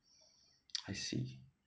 I see